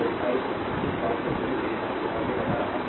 तो आई इस बात को घड़ी के हिसाब से आगे बढ़ा रहा हूं